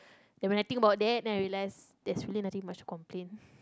and when I think about it then I relax there's really nothing much complain